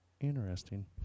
Interesting